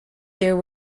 there